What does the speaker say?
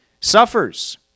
suffers